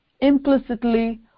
implicitly